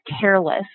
careless